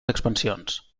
expansions